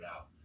out